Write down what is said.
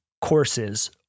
courses